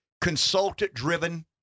consultant-driven